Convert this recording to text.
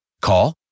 Call